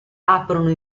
aprono